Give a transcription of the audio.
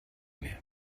mehr